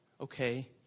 okay